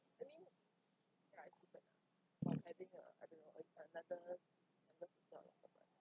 mm